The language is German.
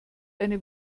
eine